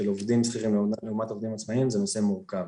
של עובדים שכירים לעומת עובדים עצמאים זה נושא מורכב.